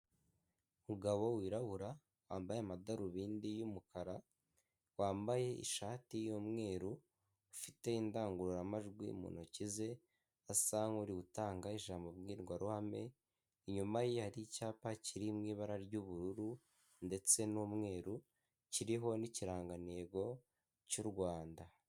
Umugabo wirabura wambaye amadarubindi y'umukara, wambaye ishati y'umweru, ufite indangururamajwi mu ntoki ze asa nk'uri gutanga ijambo mu mbwirwaruhame; inyuma ye hari icyapa kiri mu ibara ry'ubururu ndetse n'umweru kiriho n'ikirangantego cy'u Rwanda.